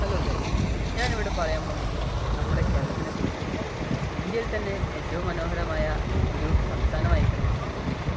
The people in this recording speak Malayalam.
ഹലോ ഗൈസ് ഞാനിവിടെ പറയാൻ പോകുന്നത് നമ്മുടെ കേരളത്തിനെ പറ്റിയാണ് ഇന്ത്യയിൽ തന്നെ ഏറ്റവും മനോഹരമായ ഒരു സംസ്ഥാനമായിരിക്കണം നമ്മളുടെ കേരളം